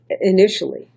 initially